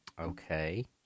Okay